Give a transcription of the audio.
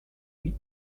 huit